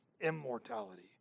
immortality